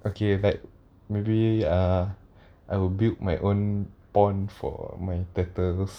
okay like maybe uh I will build my own pond for my turtles